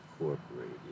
Incorporated